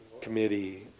committee